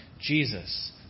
Jesus